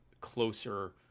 closer